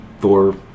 Thor